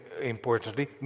importantly